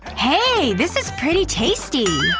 hey, this is pretty tasty!